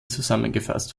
zusammengefasst